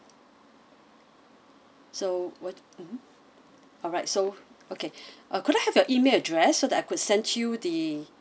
so alright so okay uh could I have your email address so that I could sent you the